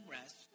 rest